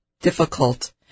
difficult